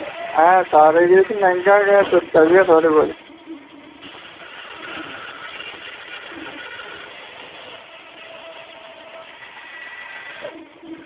ऐ सारा किश मैहंगा गै सस्ता केह् ऐ थुआढ़े कोल